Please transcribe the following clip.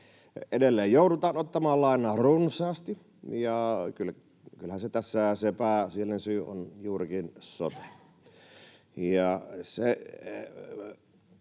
Edelleen joudutaan ottamaan lainaa runsaasti. Kyllähän tässä se pääasiallinen syy on juurikin sote.